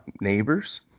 neighbors